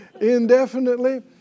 indefinitely